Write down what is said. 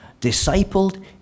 discipled